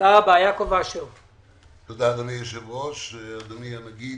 אדוני הנגיד,